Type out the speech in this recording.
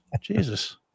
Jesus